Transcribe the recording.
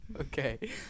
Okay